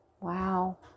Wow